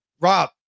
Rob